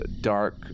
dark